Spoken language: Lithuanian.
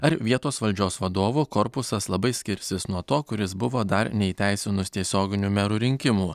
ar vietos valdžios vadovų korpusas labai skirsis nuo to kuris buvo dar neįteisinus tiesioginių merų rinkimų